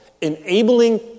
enabling